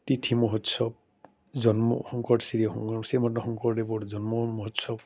তিথি মহোৎসৱ জন্ম শংকৰ শ্ৰী শংকৰ শ্ৰীমন্ত শংকৰদেৱৰ জন্ম মহোৎসৱ